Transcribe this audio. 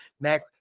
Mac